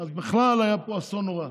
אז בכלל היה פה אסון נורא.